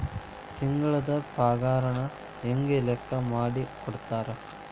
ತಿಂಗಳದ್ ಪಾಗಾರನ ಹೆಂಗ್ ಲೆಕ್ಕಾ ಮಾಡಿ ಕೊಡ್ತಾರಾ